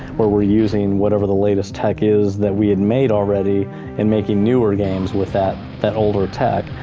where we're using whatever the latest tech is that we had made already and making newer games with that that older tech,